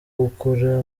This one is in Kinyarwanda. gukora